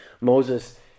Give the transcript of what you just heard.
Moses